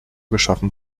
geschaffen